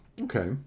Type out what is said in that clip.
Okay